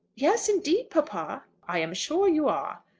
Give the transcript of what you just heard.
yes indeed, papa. i am sure you are.